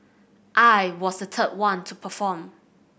I was the third one to perform